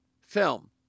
film